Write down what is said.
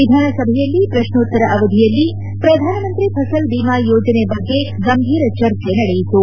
ವಿಧಾನಸಭೆಯಲ್ಲಿ ಪ್ರಶ್ನೋತ್ತರ ಅವಧಿಯಲ್ಲಿ ಪ್ರಧಾನಮಂತ್ರಿ ಫಸಲ್ ಭೀಮಾ ಯೋಜನೆ ಬಗ್ಗೆ ಗಂಭೀರ ಚರ್ಚೆ ನಡೆಯಿತು